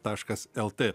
taškas el t